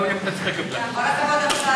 כל הכבוד, אמסלם.